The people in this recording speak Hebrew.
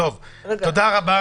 תודה רבה.